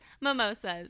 Mimosas